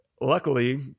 luckily